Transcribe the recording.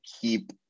keep